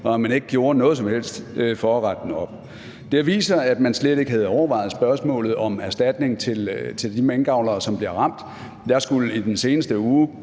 var ulovlig, gjorde man noget som helst for at rette op på det. Det har vist sig, at man slet ikke havde overvejet spørgsmålet om erstatning til de minkavlere, som bliver ramt. Jeg skulle i den seneste uge